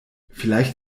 vielleicht